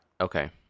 Okay